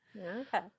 Okay